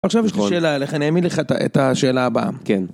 עכשיו יש לי שאלה אליך נעמיד לך את השאלה הבאה. כן.